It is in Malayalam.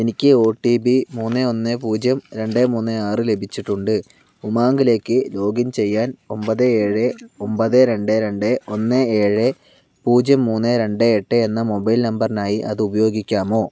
എനിക്ക് ഒ ടി പി മൂന്ന് ഒന്ന് പൂജ്യം രണ്ട് മൂന്നേ ആറ് ലഭിച്ചിട്ടുണ്ട് ഉമാങ്കിലേക്ക് ലോഗിൻ ചെയ്യാൻ ഒൻപത് ഏഴ് ഒൻപത് രണ്ട് രണ്ട് ഒന്ന് ഏഴ് പൂജ്യം മൂന്ന് രണ്ട് എട്ട് എന്ന മൊബൈൽ നമ്പറിനായി അത് ഉപയോഗിക്കാമോ